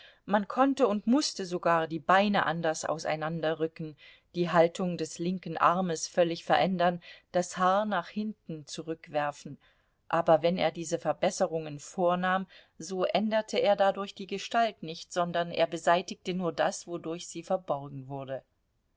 man konnte und mußte sogar die beine anders auseinanderrücken die haltung des linken armes völlig verändern das haar nach hinten zurückwerfen aber wenn er diese verbesserungen vornahm so änderte er dadurch die gestalt nicht sondern er beseitigte nur das wodurch sie verborgen wurde